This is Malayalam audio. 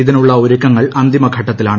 ഇതിനുള്ള ഒരുക്കങ്ങൾ അന്തിമഘട്ടത്തിലാണ്